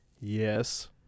Yes